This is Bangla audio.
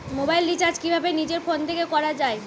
মোবাইল রিচার্জ কিভাবে নিজের ফোন থেকে করা য়ায়?